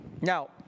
Now